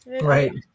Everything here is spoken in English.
Right